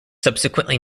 subsequently